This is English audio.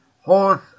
horse